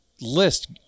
list